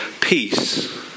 peace